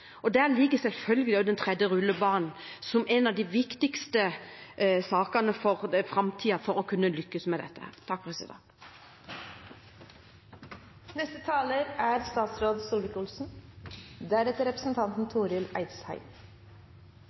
rett. Der ligger selvfølgelig også den tredje rullebanen, som en av de viktigste sakene for å kunne lykkes med dette i framtiden. I diskusjonen om konkurranseutsetting kan man alltid være enig eller uenig om hvorvidt det er